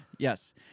Yes